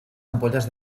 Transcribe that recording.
ampolles